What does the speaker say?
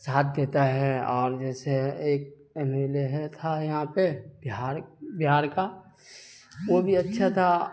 ساتھ دیتا ہے اور جیسے ایک ایم ایل اے ہے تھا یہاں پہ بہار بہار کا وہ بھی اچھا تھا